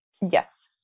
Yes